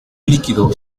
líquido